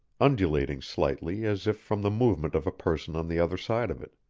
undulating slightly as if from the movement of a person on the other side of it.